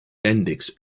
bendix